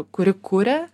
kuri kuria